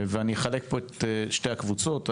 אני אחלק את שתי הקבוצות,